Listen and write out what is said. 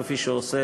כפי שהוא עושה